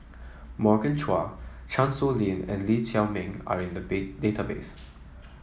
Morgan Chua Chan Sow Lin and Lee Chiaw Meng are in the bay database